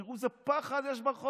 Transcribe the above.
תראו איזה פחד יש ברחובות.